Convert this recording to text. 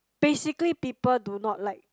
basically people do not like